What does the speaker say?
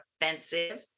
offensive